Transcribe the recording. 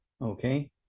Okay